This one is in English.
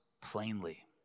plainly